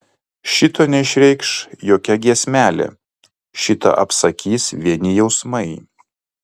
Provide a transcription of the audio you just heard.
šito neišreikš jokia giesmelė šitą apsakys vieni jausmai